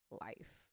life